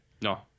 No